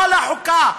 כל חוקה,